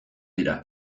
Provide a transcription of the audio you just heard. dira